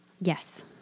Yes